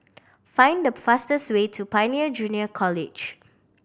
find the fastest way to Pioneer Junior College